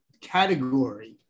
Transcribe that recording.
category